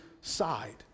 side